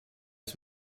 its